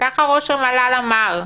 ככה ראש המל"ל אמר.